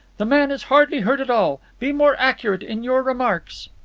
the man is hardly hurt at all. be more accurate in your remarks.